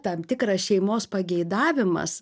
tam tikras šeimos pageidavimas